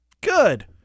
Good